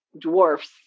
dwarfs